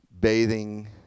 bathing